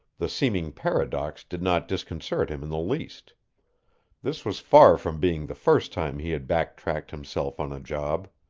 the seeming paradox did not disconcert him in the least this was far from being the first time he had backtracked himself on a job.